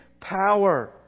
power